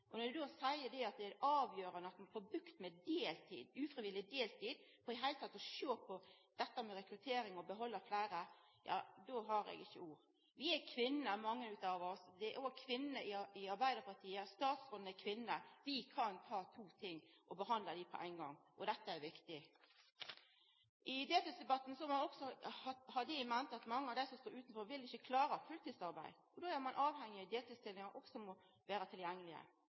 Når dei seier at det er avgjerande at ein får bukt med ufrivillig deltid for i det heile å sjå på dette med rekruttering og å behalda fleire, har eg ikkje ord. Vi er kvinner mange av oss – kvinner i Arbeidarpartiet, statsråden er kvinne – og vi kan behandla to ting på ein gong, og dette er viktig. I deltidsdebatten må ein òg ha i mente at mange av dei som står utanfor, ikkje vil klara fulltidsarbeid. Då er ein avhengig av at deltidsstillingar òg må vera